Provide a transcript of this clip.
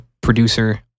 producer